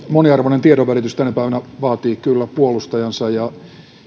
moniarvoinen tiedonvälitys tänä päivänä vaatii kyllä puolustajansa ja